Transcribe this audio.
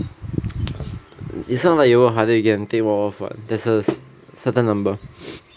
it's not like you work harder you can take more offs [what] there's a certain number